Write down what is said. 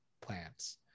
plants